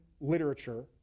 literature